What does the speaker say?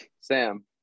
Sam